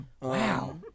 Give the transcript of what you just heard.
Wow